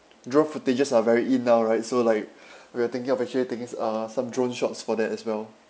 drone footages are very in now right so like we're thinking of actually taking uh some drone shots for that as well